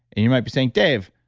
and you might be saying, dave,